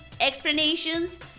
explanations